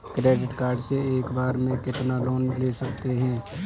Credit card से एक बार में कितना लोन ले सकते हैं?